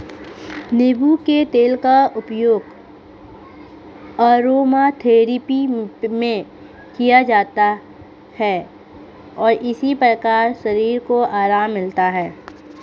नींबू के तेल का उपयोग अरोमाथेरेपी में किया जाता है और इस प्रकार शरीर को आराम मिलता है